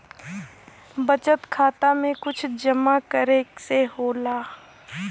बचत खाता मे कुछ जमा करे से होला?